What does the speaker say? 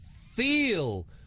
feel